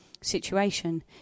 situation